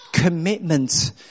Commitment